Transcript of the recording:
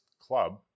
Club